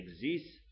exists